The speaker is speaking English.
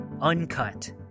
uncut